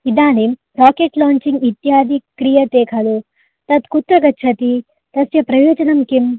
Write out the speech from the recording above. इदानीं राकेटलाञ्चिङ्ग् इत्यादि क्रियते खलु तत् कुत्र गच्छति तस्य प्रयोजनं किं